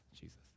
jesus